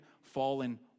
fallen